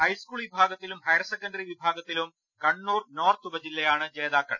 high school വിഭാഗത്തിലും higher secondary വിഭാഗത്തിലും Kannur north ഉപജില്ലയാണ് ജേതാക്കൾ